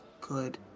Good